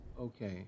Okay